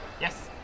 Yes